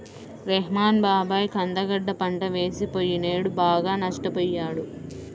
రెహ్మాన్ బాబాయి కంద గడ్డ పంట వేసి పొయ్యినేడు బాగా నష్టపొయ్యాడు